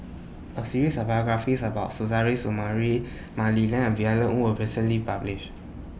A series biographies about Suzairhe Sumari Mah Li Lian Violet Oon recently published